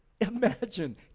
Imagine